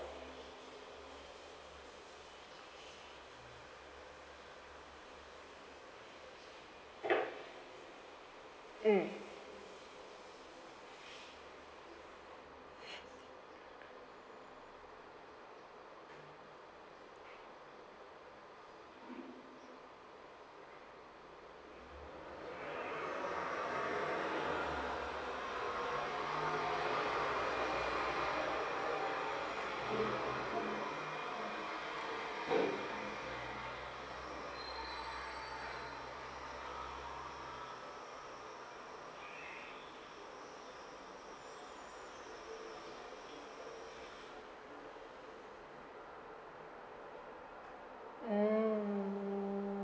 mm mm